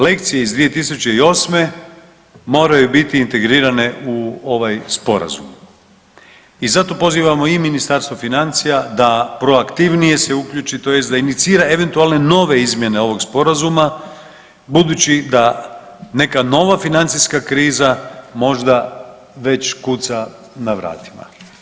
Lekcije iz 2008. moraju biti integrirane u ovaj sporazum i zato pozivamo i Ministarstvo financija da proaktivnije se uključi tj. da inicira eventualne nove izmjene ovog sporazuma budući da neka nova financijska kriza možda već kuca na vratima.